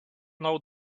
know